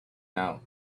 now